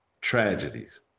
tragedies